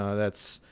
that's